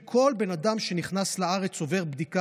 וכל בן אדם שנכנס לארץ עובר בדיקה,